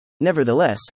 Nevertheless